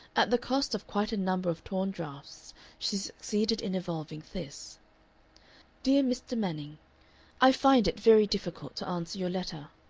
at the cost of quite a number of torn drafts she succeeded in evolving this dear mr. manning i find it very difficult to answer your letter.